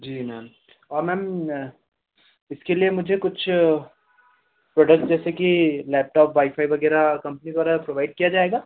जी ma'am और ma'am इसके लिए मुझे कुछ प्रोडक्ट जैसे कि लैपटॉप वाईफाई वगैरह कंपनी द्वारा प्रोवाइड किया जाएगा